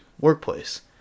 workplace